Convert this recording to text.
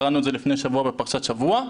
קראנו את זה לפני שבוע בפרשת שבוע.